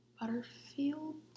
butterfield